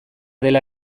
dela